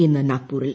ഇന്ന് നാഗ്പൂറിൽ